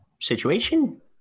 situation